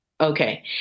Okay